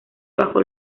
bajo